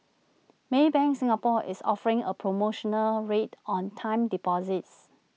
maybank Singapore is offering A promotional rate on time deposits